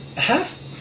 Half